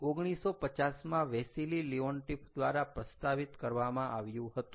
1950 માં Wassily Leontief દ્વારા પ્રસ્તાવિત કરવામાં આવ્યું હતું